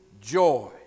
Joy